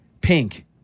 Pink